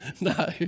No